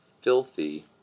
filthy